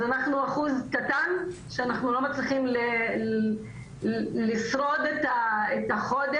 אז אנחנו אחוז קטן שאנחנו לא מצליחים לשרוד את החודש.